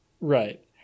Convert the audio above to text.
Right